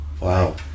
wow